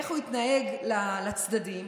איך הוא התנהג לצדדים,